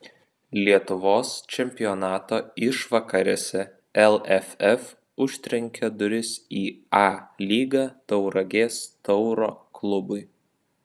lietuvos čempionato išvakarėse lff užtrenkė duris į a lygą tauragės tauro klubui